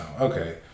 Okay